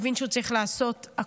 הוא מבין שצריך לעשות הכול.